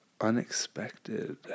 unexpected